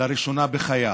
לראשונה בחייו.